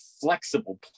flexible